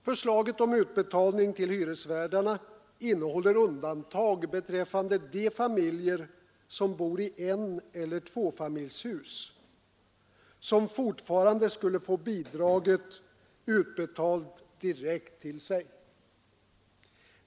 Förslaget om utbetalning till hyresvärdarna innehåller undantag beträffande de familjer som bor i eneller tvåfamiljshus och som fortfarande skulle få bidraget utbetalat direkt till sig.